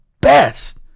best